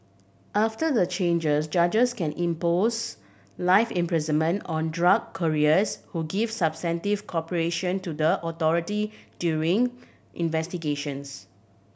after the changes judges can impose life imprisonment on drug couriers who give substantive cooperation to the authority during investigations